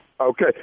Okay